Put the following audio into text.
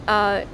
uh